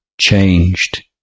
changed